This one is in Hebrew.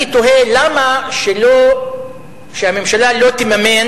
אני תוהה למה שהממשלה לא תממן